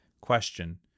Question